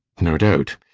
no doubt.